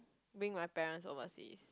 bring my parent overseas